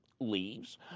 leaves